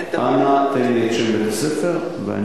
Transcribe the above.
אין תלמידים נוצרים.